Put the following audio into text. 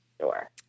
Sure